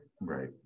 Right